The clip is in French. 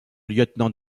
lieutenant